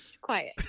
Quiet